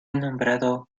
nombrado